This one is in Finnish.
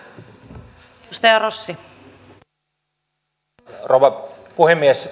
arvoisa rouva puhemies